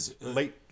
Late